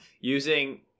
using